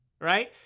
Right